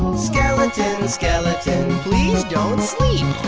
skeleton, skeleton please don't sleep.